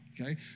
okay